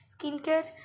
skincare